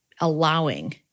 allowing